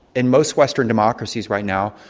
in most western democracies right now,